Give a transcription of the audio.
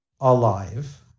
alive